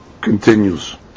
Continues